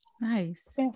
nice